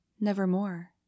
Nevermore